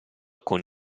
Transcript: con